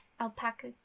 Alpaca